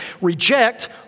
reject